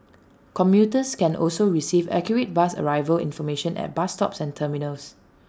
commuters can also receive accurate bus arrival information at bus stops and terminals